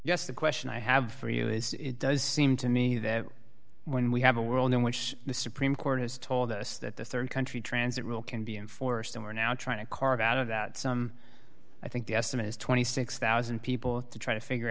yes the question i have for you is it does seem to me that when we have a world in which the supreme court has told us that the rd country transit rule can be enforced and we're now trying to carve out of that some i think the estimate is twenty six thousand people to try to figure